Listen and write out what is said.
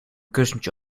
kussentje